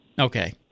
Okay